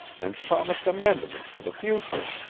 and promised amendment for the future.